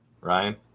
Ryan